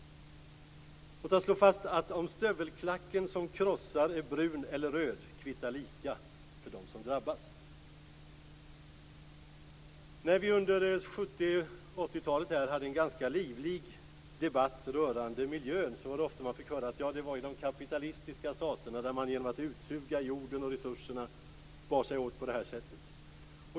Låt oss slå fast att om stövelklacken som krossar är brun eller röd kvittar lika för dem som drabbas. När vi under 70 och 80-talen hade en ganska livlig debatt rörande miljön fick man ofta höra att det var de kapitalistiska staterna som sög ut jorden och resurserna.